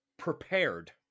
Prepared